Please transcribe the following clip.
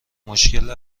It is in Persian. مشکل